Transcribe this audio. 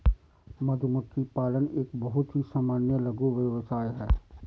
मधुमक्खी पालन एक बहुत ही सामान्य लघु व्यवसाय है